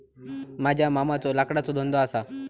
माझ्या मामाचो लाकडाचो धंदो असा